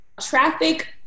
traffic